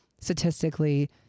statistically